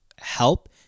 help